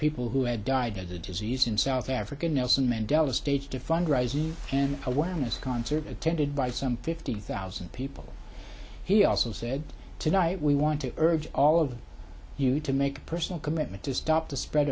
people who had died of the disease in south africa nelson mandela staged a fundraiser an awareness concert attended by some fifty thousand people he also said tonight we want to urge all of you to make a personal commitment to stop the spread